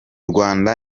rwanda